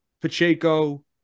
Pacheco